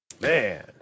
man